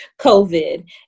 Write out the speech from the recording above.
COVID